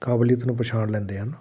ਕਾਬਲੀਅਤ ਨੂੰ ਪਛਾਣ ਲੈਂਦੇ ਹਨ